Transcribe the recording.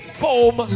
foam